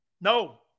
No